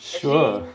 sure